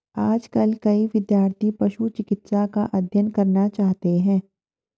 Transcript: आजकल कई विद्यार्थी पशु चिकित्सा का अध्ययन करना चाहते हैं